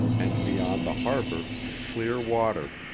and beyond the harbor to clear water.